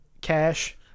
Cash